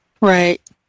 Right